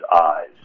eyes